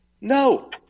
No